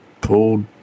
pulled